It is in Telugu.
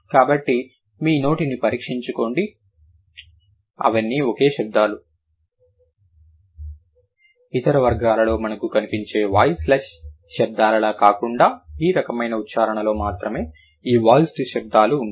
కాబట్టి మీ వీటిని పరీక్షించుకోండి అవన్నీ ఓకే శబ్దాలు ఇతర వర్గాలలో మనకు కనిపించే వాయిస్లెస్ శబ్దాలలా కాకుండా ఈ రకమైన ఉచ్చారణలో మాత్రమే ఈ వాయిస్డ్ శబ్దాలు ఉంటాయి